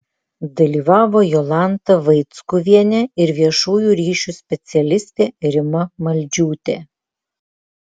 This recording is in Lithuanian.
dalyvavo jolanta vaickuvienė ir viešųjų ryšių specialistė rima maldžiūtė